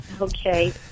Okay